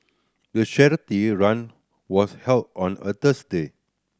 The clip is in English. the charity run was held on a Thursday